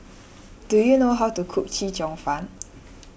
do you know how to cook Chee Cheong Fun